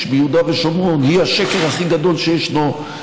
ביהודה ושומרון היא השקר הכי גדול שישנו,